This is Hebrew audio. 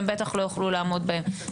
והם בטח לא יוכלו לעמוד בהם.